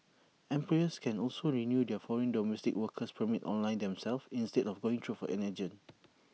employers can also renew their foreign domestic worker permits online themselves instead of going through an agent